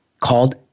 called